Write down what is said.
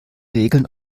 regeln